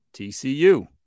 TCU